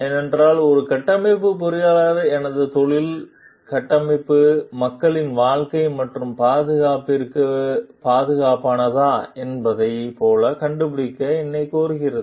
ஏனென்றால் ஒரு கட்டமைப்பு பொறியாளரின் எனது தொழில் கட்டமைப்பு மக்களின் வாழ்க்கை மற்றும் பாதுகாப்பிற்கு பாதுகாப்பானதா என்பதைப் போல கண்டுபிடிக்க என்னைக் கோருகிறது